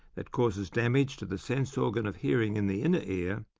that causes damage to the sense organ of hearing in the inner ear,